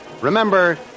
Remember